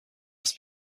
offs